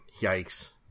Yikes